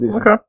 okay